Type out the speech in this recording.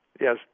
Yes